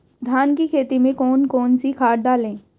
धान की खेती में कौन कौन सी खाद डालें?